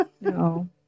No